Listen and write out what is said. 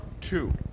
two